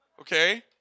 Okay